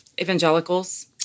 evangelicals